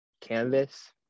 Canvas